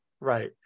right